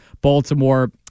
Baltimore